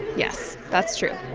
yes, that's true,